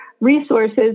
resources